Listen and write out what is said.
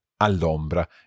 all'ombra